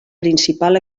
principal